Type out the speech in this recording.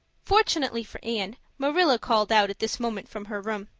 fortunately for anne, marilla called out at this moment from her room.